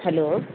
hello